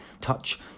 touch